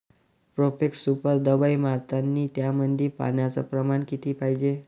Profex super दवाई मारतानी त्यामंदी पान्याचं प्रमाण किती पायजे?